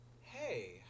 hey